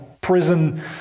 prison